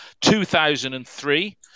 2003